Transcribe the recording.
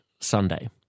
Sunday